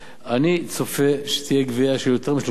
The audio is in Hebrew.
אני צופה שתהיה גבייה של יותר מ-3 מיליארד.